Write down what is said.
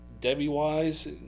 Debbie-wise